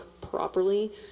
properly